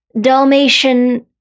Dalmatian